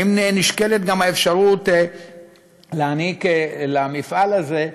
אם נשקלת גם האפשרות להעניק למפעל הזה,